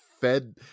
fed